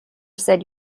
said